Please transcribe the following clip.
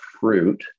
fruit